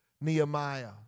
Nehemiah